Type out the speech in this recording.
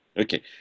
Okay